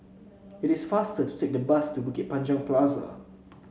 it is faster to take the bus to Bukit Panjang Plaza